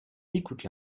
écoute